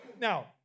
Now